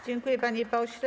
Dziękuję, panie pośle.